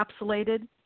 encapsulated